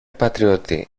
πατριώτη